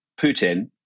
Putin